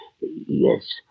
Yes